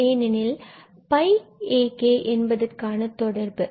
ஏனெனில் இவை akஎன்பதற்கான தொடர்பு